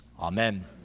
Amen